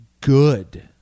good